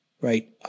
right